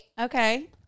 Okay